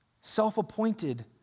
self-appointed